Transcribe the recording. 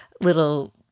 little